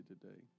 today